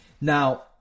Now